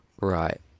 Right